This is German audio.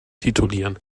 titulieren